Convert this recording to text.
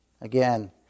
Again